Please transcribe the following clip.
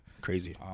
Crazy